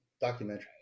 Documentary